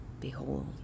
behold